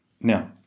Now